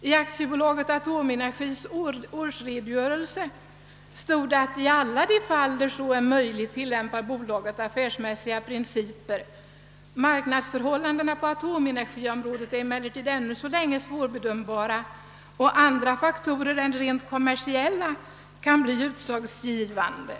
I AB Atomenergis årsredogörelse heter det att bolaget i alla de fall, där så är möjligt, tillämpar affärsmässiga principer men att marknadsförhållandena på atomenergiområdet ännu så länge vore svårbedömbara och att andra faktorer än de rent kommersiella kunde bli utslagsgivande.